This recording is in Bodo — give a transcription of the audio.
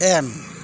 एम